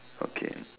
okay